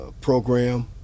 program